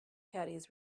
caddies